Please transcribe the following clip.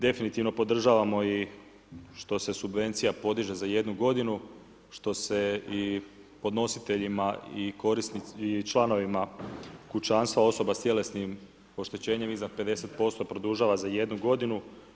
Definitivno podržavamo i što se subvencija podiže za jednu godinu, što se i podnositeljima i članovima kućanstva osoba s tjelesnim oštećenjem iza 50% produžava za jednu godinu.